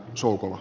sukula